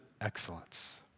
excellence